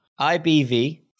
IBV